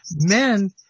men